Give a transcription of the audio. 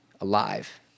alive